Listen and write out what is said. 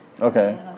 Okay